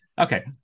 okay